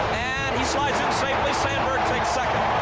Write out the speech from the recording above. and he slides in safely. sandberg takes second.